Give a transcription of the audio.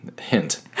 hint